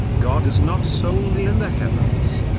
god is not solely in the heavens.